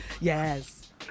Yes